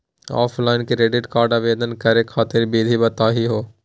Offline credit card आवेदन करे खातिर विधि बताही हो?